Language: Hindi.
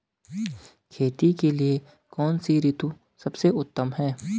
खेती के लिए कौन सी ऋतु सबसे उत्तम है?